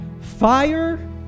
fire